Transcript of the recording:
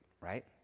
Right